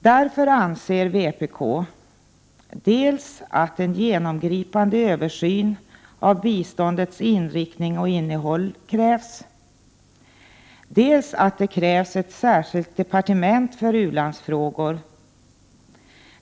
Därför anser vpk dels att det krävs en genomgripande översyn av biståndets inriktning och innehåll, dels att det krävs ett särskilt departement för u-landsfrågor.